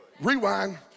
Rewind